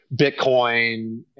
Bitcoin